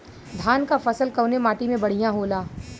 धान क फसल कवने माटी में बढ़ियां होला?